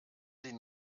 sie